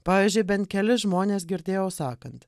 pavyzdžiui bent kelis žmonės girdėjau sakant